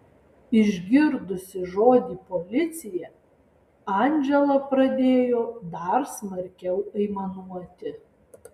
išgirdusi žodį policija andžela pradėjo dar smarkiau aimanuoti